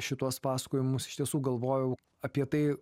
šituos pasakojimus iš tiesų galvojau apie tai